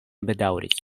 bedaŭris